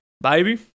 baby